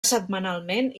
setmanalment